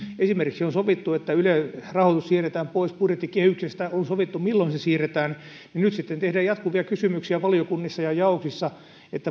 esimerkiksi on sovittu että ylen rahoitus siirretään pois budjettikehyksestä on sovittu milloin se siirretään mutta nyt sitten tehdään jatkuvia kysymyksiä valiokunnissa ja jaoksissa